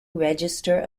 register